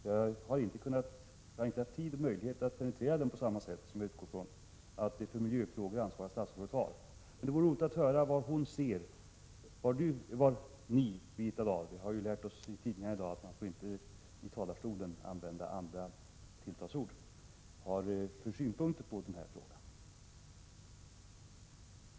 Jag har inte haft tid och möjlighet att penetrera den på samma sätt som jag tar för givet att det för miljöfrågor ansvariga statsrådet har. Det vore roligt att höra vad Ni, Birgitta Dahl — vi har ju lärt oss av tidningarna i dag att man inte får använda andra tilltalsord i riksdagens talarstol — har för synpunkter på den här frågan.